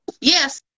Yes